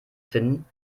finden